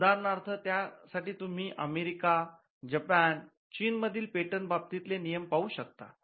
उदाहरणार्थ त्या साठी तुम्ही अमेरिका जपान चीन मधील पेटंट बाबतीतले नियम पाहू शकतात